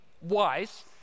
wise